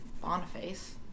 Boniface